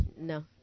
no